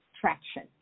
traction